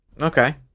Okay